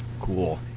Cool